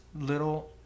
little